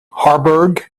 harburg